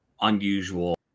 unusual